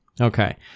Okay